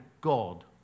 God